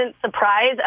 surprise